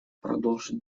продолжить